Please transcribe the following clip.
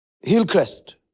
Hillcrest